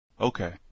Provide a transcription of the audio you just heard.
Okay